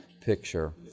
picture